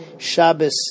Shabbos